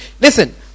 listen